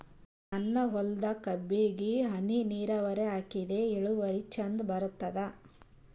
ನನ್ನ ಹೊಲದಾಗ ಕಬ್ಬಿಗಿ ಹನಿ ನಿರಾವರಿಹಾಕಿದೆ ಇಳುವರಿ ಚಂದ ಬರತ್ತಾದ?